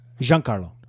Giancarlo